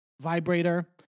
vibrator